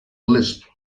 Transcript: lisp